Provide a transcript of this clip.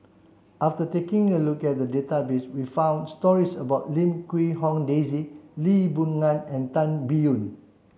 after taking a look at the database we found stories about Lim Quee Hong Daisy Lee Boon Ngan and Tan Biyun